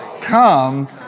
come